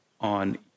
on